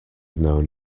known